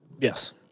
Yes